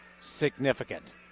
significant